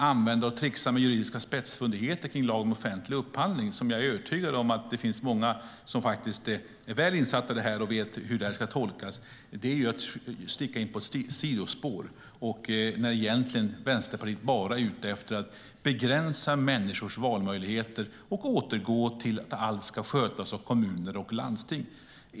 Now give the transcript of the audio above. Att trixa med juridiska spetsfundigheter kring lagen om offentlig upphandling - jag är övertygad om att det finns många som är väl insatta i LOU och vet hur den ska tolkas - är ju att komma in på ett sidospår, när Vänsterpartiet egentligen bara är ute efter att begränsa människors valmöjligheter och återgå till att allt ska skötas av kommuner och landsting.